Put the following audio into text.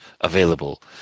available